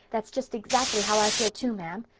that's just exactly how i feel too, ma'am,